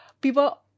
people